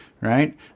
right